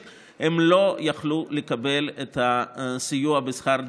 הם לא היו יכולים לקבל את הסיוע בשכר דירה.